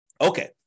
Okay